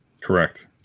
correct